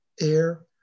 air